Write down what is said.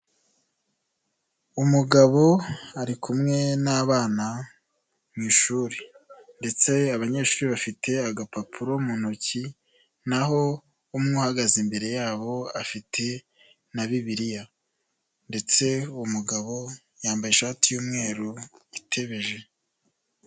Umugabo ari kumwe n'abana mu ishuri ndetse abanyeshuri bafite agapapuro mu ntoki, na ho umwe uhagaze imbere yabo afite na bibiliya ndetse uwo mugabo yambaye ishati y'umweru itebeje.